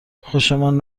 خوشمان